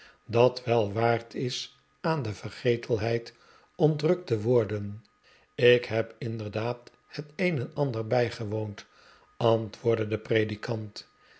dat wel waard is aan de vergetelheid ontrukt te worden ik heb inderdaad het een en ander bijgewoqnd antwoordde de predikant